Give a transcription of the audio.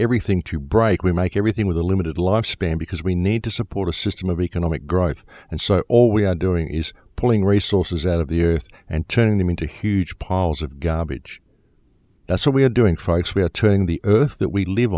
everything to break we make everything with a limited lifespan because we need to support a system of economic growth and so all we are doing is pulling resources out of the earth and turning them into huge piles of garbage that's what we are doing trikes we are turning the earth that we live